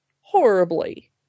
horribly